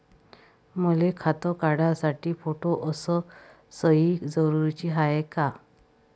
मले खातं काढासाठी फोटो अस सयी जरुरीची हाय का?